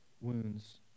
wounds